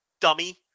Dummy